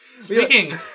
Speaking